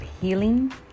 healing